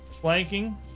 Flanking